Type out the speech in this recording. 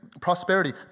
prosperity